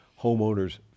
homeowners